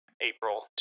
April